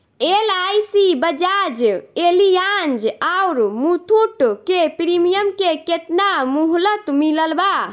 LIC Bajaj Allianz आउर मुथूट के premium के केतना मुहलत मिलल बा?